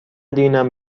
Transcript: دینم